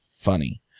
funny